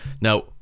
Now